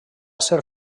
ser